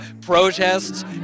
protests